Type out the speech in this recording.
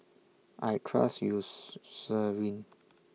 I Trust